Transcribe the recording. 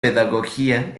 pedagogía